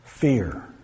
fear